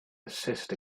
assist